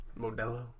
Modelo